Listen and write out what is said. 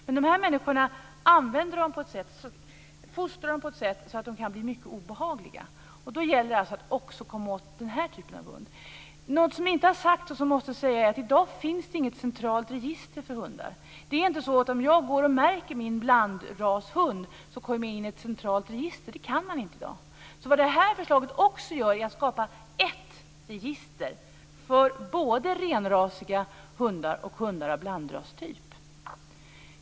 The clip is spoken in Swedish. Men de människor vi syftar på fostrar dem på ett sådant sätt att de kan bli mycket obehagliga. Då gäller det att också komma åt den typen av hund. Något som inte har sagts men som måste sägas är att det i dag inte finns något centralt register för hundar. Det är inte så att om jag går och märker min blandrashund kommer jag in i ett centralt register. Det kan man inte i dag. Vad det här förslaget också gör är att skapa ett register för både renrasiga hundar och hundar av blandrastyp.